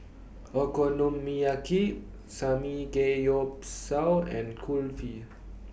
Okonomiyaki Samgeyopsal and Kulfi